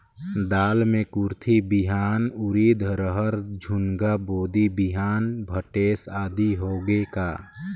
दाल मे कुरथी बिहान, उरीद, रहर, झुनगा, बोदी बिहान भटेस आदि होगे का?